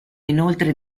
inoltre